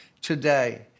today